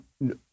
no